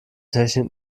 technik